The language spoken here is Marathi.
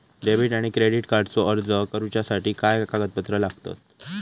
डेबिट आणि क्रेडिट कार्डचो अर्ज करुच्यासाठी काय कागदपत्र लागतत?